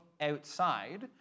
outside